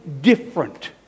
different